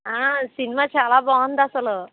cinema చాలా బాగుంది అస్సలు